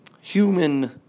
human